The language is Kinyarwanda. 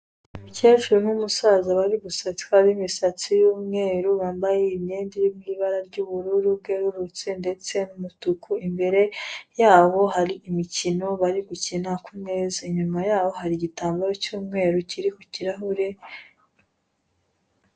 umucyecuru n'umusaza bari guseka bimisatsi y'umweru bambaye imyenda y'ubururu bwerurutse ndetse n'umutuku, imbere yabo hari imukino bari gukina ku meza, inyuma yaho hari igitambaro cy'umweru kiri ku kirahure.